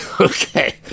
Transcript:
okay